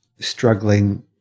struggling